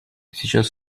сейчас